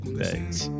Thanks